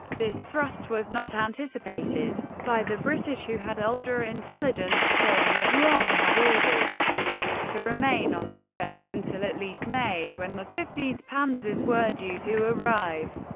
this thrust was not anticipated by the british, who had ultra intelligence showing that rommel had orders to remain on the defense until at least may, when the fifteenth panzers were due to arrive.